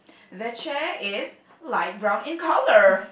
the chair is light brown in colour